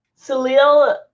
Salil